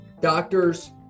doctors